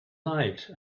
night